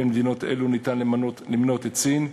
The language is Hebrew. בין המדינות האלה ניתן למנות את סין,